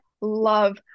love